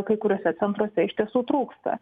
kai kuriuose centruose iš tiesų trūksta